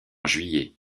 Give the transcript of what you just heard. juillet